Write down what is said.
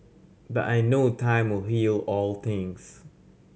but I know time will heal all things